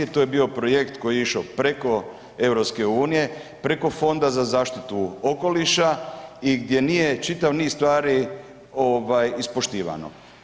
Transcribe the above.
To je bio projekt koji je išao preko EU, preko Fonda za zaštitu okoliša i gdje nije čitav niz stvari ovaj ispoštivano.